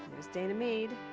there's dana mead,